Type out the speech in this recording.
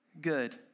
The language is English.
good